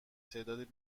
تعداد